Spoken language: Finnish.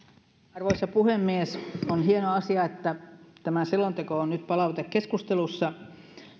arvoisa puhemies on hieno asia että tämä selonteko on nyt palautekeskustelussa